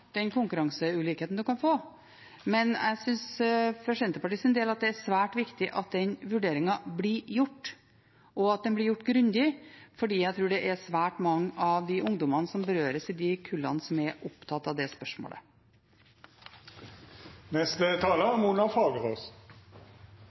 den konkurranseulikheten en kan få, men for Senterpartiets del er det svært viktig at den vurderingen blir gjort, og at den blir gjort grundig, for jeg tror det er svært mange av ungdommene i de kullene som berøres og er opptatt av det